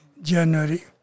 January